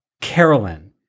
Carolyn